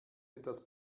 etwas